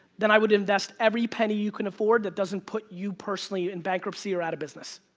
then i would invest every penny you can afford that doesn't put you personally in bankruptcy or out of business.